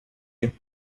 you